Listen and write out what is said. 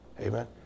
Amen